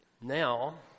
now